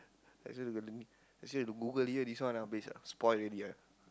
I say got limit I say the Google here this one habis</malay ah spoil already right